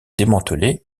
démantelé